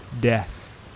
Death